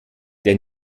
der